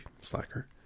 Slacker